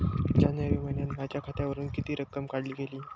जानेवारी महिन्यात माझ्या खात्यावरुन किती रक्कम काढली गेली?